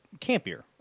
campier